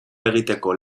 egiteko